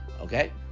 okay